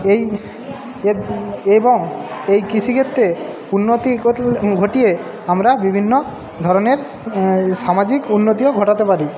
এই এবং এই কৃষি ক্ষেত্রে উন্নতি ঘটিয়ে আমরা বিভিন্ন ধরনের সামাজিক উন্নতিও ঘটাতে পারি